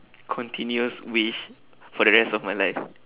continuous wish for the rest of my life